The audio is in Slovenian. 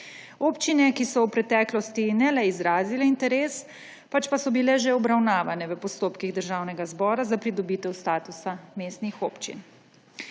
občine, ki so v preteklosti ne le izrazile interes, pač pa so bile že obravnavane v postopkih Državnega zbora za pridobitev statusa mestnih občin?